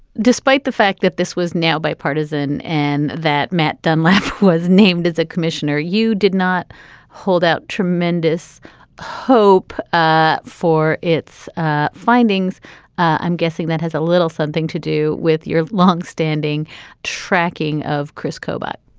despite the fact that this was now bipartisan and that matt dunlap was named as a commissioner, you did not hold out tremendous hope ah for its findings i'm guessing that has a little something to do with your longstanding tracking of chris kobuk